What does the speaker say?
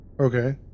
Okay